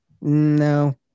no